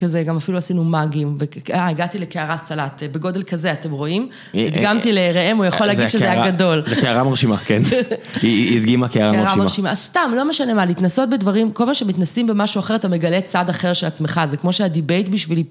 כזה, גם אפילו עשינו מאגים, והגעתי לקערת סלט, בגודל כזה, אתם רואים? הדגמתי לראם, הוא יכול להגיד שזה הגדול. זו קערה מורשימה, כן. היא הדגימה, קערה מרשימה. קערה מרשימה, סתם, לא משנה מה, להתנסות בדברים, כל מה שמתנסים במשהו אחר, אתה מגלה את צד אחר של עצמך, זה כמו שהדיבייט בשבילי...